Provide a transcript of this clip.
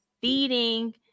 feeding